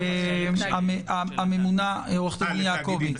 הממונה יעקבי,